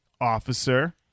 officer